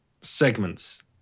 segments